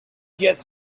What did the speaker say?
get